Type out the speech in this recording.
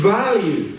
value